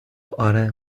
آره